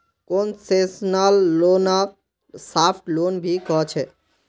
concessional लोनक soft loan भी कह छे